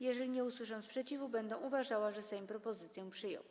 Jeżeli nie usłyszę sprzeciwu, będę uważała, że Sejm propozycję przyjął.